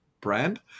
brand